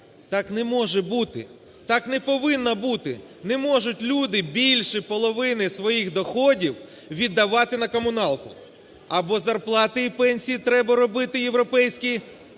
Так не може бути, так не повинно бути. Не можуть люди більше половини своїх доходів віддавати на комуналку. Або зарплати і пенсії треба робити європейські,